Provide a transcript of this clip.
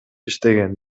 иштеген